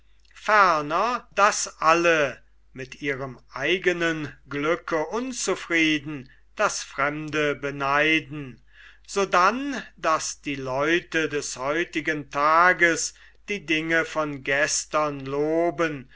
daß alle mit ihrem eigenen glücke unzufrieden das fremde beneiden sodann daß die leute des heutigen tages die dinge von gestern loben